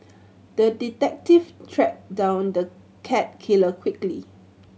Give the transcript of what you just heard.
the detective tracked down the cat killer quickly